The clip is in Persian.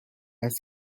است